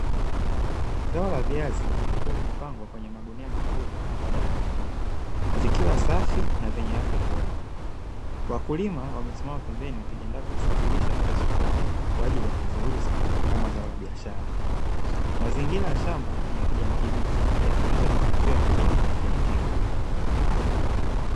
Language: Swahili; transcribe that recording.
Zao la viazi likiwa limepangwa kwenye magunia makubwa baada ya kuvunwa, vikiwa safi na vyenye afya bora. Wakulima wamesimama pembeni wakijiandaa kuvisafirisha kwenda sokoni kwa ajili ya kuviuza kama zao la biashara. Mazingira ya shamba ni ya kijani kibichi yakionyesha mafanikio ya kilimo chenye tija.